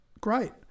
Great